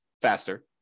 faster